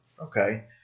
okay